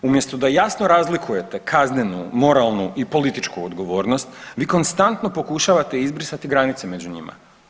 Umjesto da jasno razlikujete kaznenu, moralnu i političku odgovornost vi konstantno pokušavate izbrisati granice među njima.